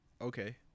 okay